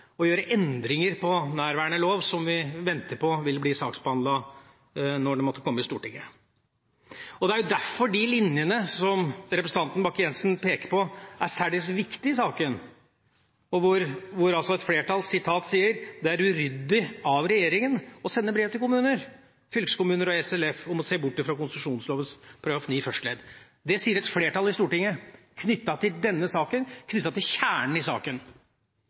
å gjøre endringer i nærværende lov, som vi venter på skal bli saksbehandlet når det måtte komme til Stortinget. Det er jo derfor de linjene som representanten Bakke-Jensen peker på, er særdeles viktige i saken, der et flertall sier at det er «uryddig av regjeringen å sende brev til kommuner, fylkeskommuner og SLF om å se bort fra konsesjonsloven § 9 første ledd». Det sier et flertall i Stortinget, knyttet til denne saken, knyttet til kjernen i saken.